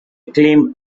acclaimed